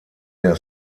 der